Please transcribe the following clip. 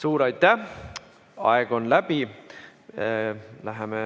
Suur aitäh! Aeg on läbi. Läheme